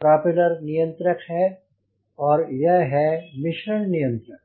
propeller नियंत्रक और यह है मिश्रण नियंत्रक